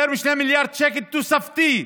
יותר מ-2 מיליארד שקל תוספתי,